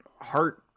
heart